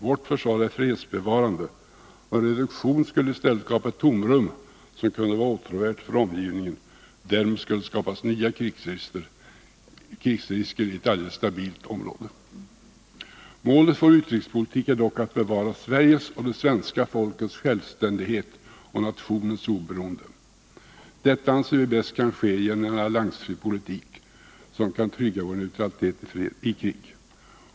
Vårt försvar är fredsbevarande, och en reduktion skulle i stället skapa ett tomrum, som kunde vara åtråvärt för omgivningen, och därmed skulle skapas nya krigsrisker i ett alldeles stabilt område. Målet för vår utrikespolitik är dock att bevara Sveriges och det svenska folkets självständighet och nationens oberoende. Detta anser vi bäst kunna ske genom en alliansfri politik som kan trygga vår neutralitet i krig.